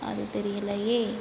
அது தெரியலையே